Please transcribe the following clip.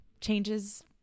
changes